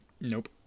Nope